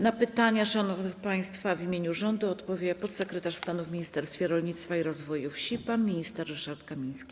Na pytania szanownych państwa w imieniu rządu odpowie podsekretarz stanu w Ministerstwie Rolnictwa i Rozwoju Wsi pan minister Ryszard Kamiński.